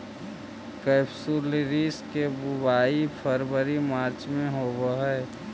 केपसुलरिस के बुवाई फरवरी मार्च में होवऽ हइ